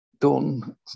done